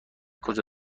کجا